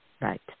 right